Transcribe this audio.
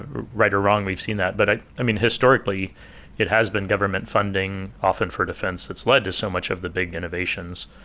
right or wrong we've seen that. but i i mean, historically it has been government funding often for defense that's led to so much of the big innovations.